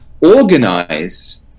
organize